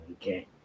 Okay